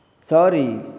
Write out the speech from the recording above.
sorry